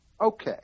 okay